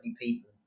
people